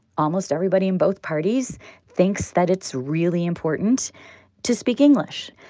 almost everybody in both parties thinks that it's really important to speak english,